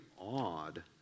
odd